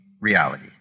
reality